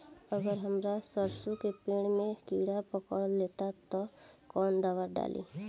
अगर हमार सरसो के पेड़ में किड़ा पकड़ ले ता तऽ कवन दावा डालि?